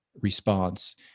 response